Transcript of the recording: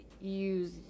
use